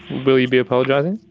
will you be apologising?